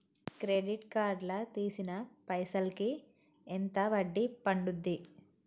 Credit card లా తీసిన పైసల్ కి ఎంత వడ్డీ పండుద్ధి?